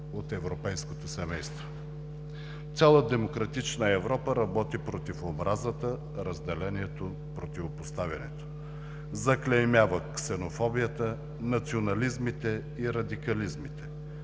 от европейското семейство. Цяла демократична Европа работи против омразата, разделението, противопоставянето, заклеймява ксенофобията, национализмите и радикализмите.